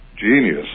genius